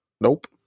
nope